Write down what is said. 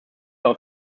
auf